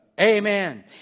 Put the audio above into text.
Amen